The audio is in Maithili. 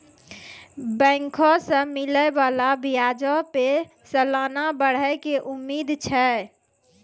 बैंको से मिलै बाला ब्याजो पे सलाना बढ़ै के उम्मीद छै